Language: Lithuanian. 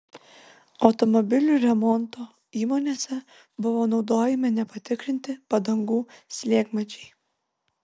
automobilių remonto įmonėse buvo naudojami nepatikrinti padangų slėgmačiai